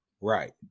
Right